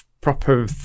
proper